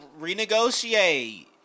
renegotiate